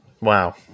Wow